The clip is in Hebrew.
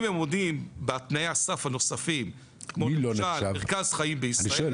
אם הם עומדים בתנאי הסף הנוספים כמו למשל מרכז חיים בישראל.